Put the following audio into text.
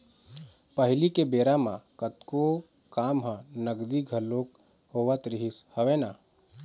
पहिली के बेरा म कतको काम ह नगदी घलोक होवत रिहिस हवय ना